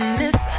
miss